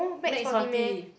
max forty